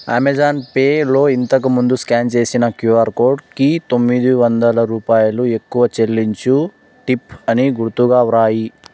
Amazon పేలో ఇంతకు ముందు స్క్యాన్ చేసిన క్యూఆర్ కోడ్కి తొమ్మిది వందల రూపాయలు ఎక్కువ చెల్లించు టిప్ అని గురుతుగా వ్రాయి